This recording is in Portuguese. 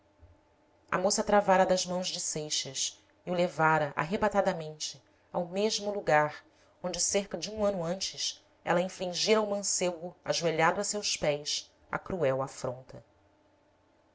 a moça travara das mãos de seixas e o levara arrebatadamente ao mesmo lugar onde cerca de um ano antes ela infligira ao mancebo ajoelhado a seus pés a cruel afronta